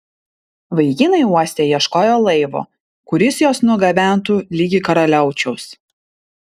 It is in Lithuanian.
vaikinai uoste ieškojo laivo kuris juos nugabentų ligi karaliaučiaus